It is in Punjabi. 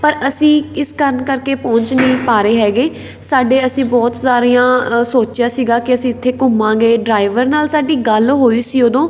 ਪਰ ਅਸੀਂ ਇਸ ਕਾਰਨ ਕਰਕੇ ਪਹੁੰਚ ਨਹੀਂ ਪਾ ਰਹੇ ਹੈਗੇ ਸਾਡੇ ਅਸੀਂ ਬਹੁਤ ਸਾਰੀਆਂ ਸੋਚਿਆ ਸੀਗਾ ਕਿ ਅਸੀਂ ਇੱਥੇ ਘੁੰਮਾਂਗੇ ਡਰਾਈਵਰ ਨਾਲ ਸਾਡੀ ਗੱਲ ਹੋਈ ਸੀ ਉਦੋਂ